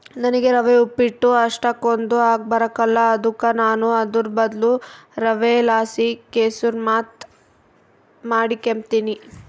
ನನಿಗೆ ರವೆ ಉಪ್ಪಿಟ್ಟು ಅಷ್ಟಕೊಂದ್ ಆಗಿಬರಕಲ್ಲ ಅದುಕ ನಾನು ಅದುರ್ ಬದ್ಲು ರವೆಲಾಸಿ ಕೆಸುರ್ಮಾತ್ ಮಾಡಿಕೆಂಬ್ತೀನಿ